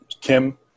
Kim